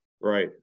Right